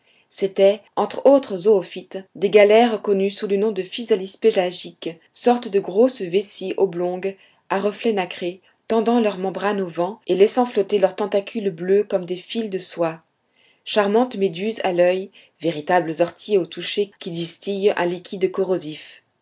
c'étaient entre autres zoophytes des galères connues sous le nom de physalie spélagiques sortes de grosses vessies oblongues à reflets nacrés tendant leur membrane au vent et laissant flotter leurs tentacules bleues comme des fils de soie charmantes méduses à l'oeil véritables orties au toucher qui distillent un liquide corrosif